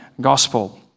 gospel